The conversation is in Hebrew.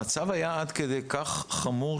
המצב היה עד כדי כך חמור,